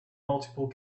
multiple